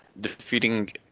defeating